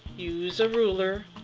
use a ruler